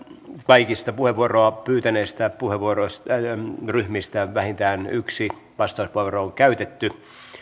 kaikista puheenvuoroa pyytäneistä ryhmistä vähintään yksi vastauspuheenvuoro on käytetty